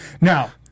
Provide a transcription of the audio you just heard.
Now